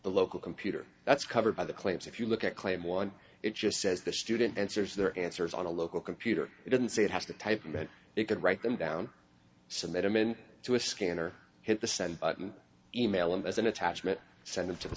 the local computer that's covered by the claims if you look at claim one it just says the student answers their answers on a local computer they didn't say it has to typing but it could write them down submit them in to a scanner hit the send button email and as an attachment send it to the